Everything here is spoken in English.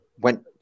went